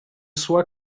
sua